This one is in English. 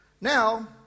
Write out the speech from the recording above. Now